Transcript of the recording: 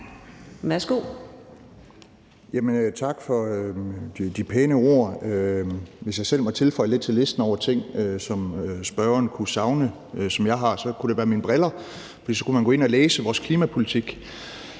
(LA): Tak for de pæne ord. Hvis jeg selv må tilføje lidt til listen over ting, som spørgeren kunne savne, og som jeg har, så kunne det være mine briller, for så kunne man gå ind og læse om vores klimapolitik.